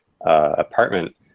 apartment